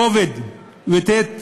כבוד, לתת